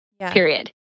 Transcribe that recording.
period